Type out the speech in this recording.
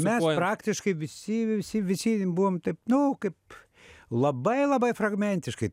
mes praktiškai visi visi visi buvom taip nu kaip labai labai fragmentiškai